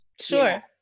sure